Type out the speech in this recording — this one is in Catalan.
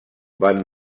van